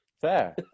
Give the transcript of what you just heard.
fair